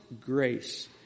grace